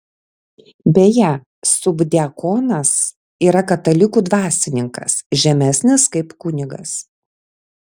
beje subdiakonas yra katalikų dvasininkas žemesnis kaip kunigas